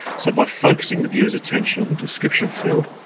so by focusing the viewer's attention on the description field,